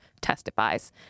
testifies